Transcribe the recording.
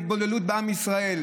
להעמיק את ההתבוללות בעם ישראל,